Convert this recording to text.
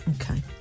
Okay